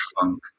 funk